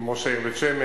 עם ראש העיר בית-שמש,